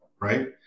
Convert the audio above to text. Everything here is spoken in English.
Right